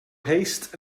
haste